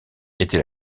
était